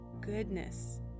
goodness